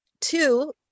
two